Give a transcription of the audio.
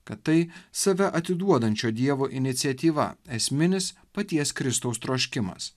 kad tai save atiduodančio dievo iniciatyva esminis paties kristaus troškimas